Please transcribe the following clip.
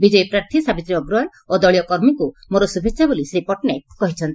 ବିଜୟୀ ପ୍ରାର୍ଥୀ ସାବିତ୍ରୀ ଅଗ୍ରଓ୍ୱାଲ୍ ଓ ଦଳୀୟ କର୍ମୀଙ୍କୁ ମୋର ଶୁଭେଛା ବୋଲି ଶ୍ରୀ ପଟ୍ଟନାୟକ କହିଛନ୍ତି